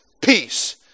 peace